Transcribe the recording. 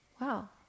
wow